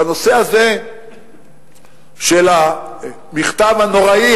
בנושא הזה של המכתב הנוראי,